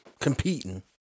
competing